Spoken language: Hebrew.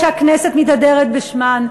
שהכנסת מתהדרת בשמן.